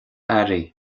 airí